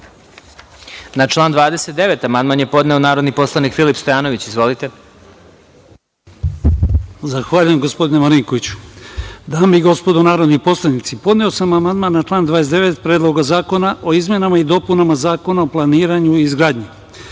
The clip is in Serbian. član 29. amandman je podneo narodni poslanik Filip Stojanović. Izvolite. **Filip Stojanović** Zahvaljujem gospodine Marinkoviću. Dame i gospodo narodni poslanici, podneo sam amandman na član 29. Predloga zakona o izmenama i dopunama Zakona o planiranju i izgradnji. Slično